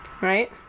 Right